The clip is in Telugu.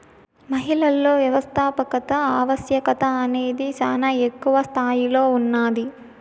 మహిళలలో వ్యవస్థాపకత ఆవశ్యకత అనేది శానా ఎక్కువ స్తాయిలో ఉన్నాది